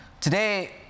Today